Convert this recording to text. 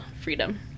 freedom